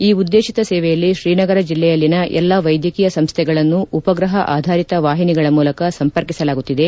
ಈ ಉದ್ವೇಶಿತ ಸೇವೆಯಲ್ಲಿ ಶ್ರೀನಗರ ಜಿಲ್ಲೆಯಲ್ಲಿನ ಎಲ್ಲಾ ವೈದ್ಯಕೀಯ ಸಂಸ್ಥೆಗಳನ್ನು ಉಪಗ್ರಹ ಆಧಾರಿತ ವಾಹಿನಿಗಳ ಮೂಲಕ ಸಂಪರ್ಕಿಸಲಾಗುತ್ತಿದೆ